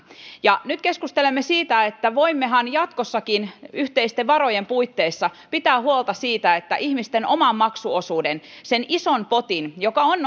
nyt keskustelemme siitä että voimmehan jatkossakin yhteisten varojen puitteissa pitää huolta siitä että ihmisten oman maksuosuuden sen ison potin joka on